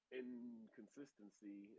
inconsistency